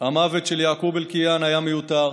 המוות של יעקוב אבו אלקיעאן היה מיותר,